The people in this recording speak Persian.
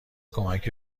کمک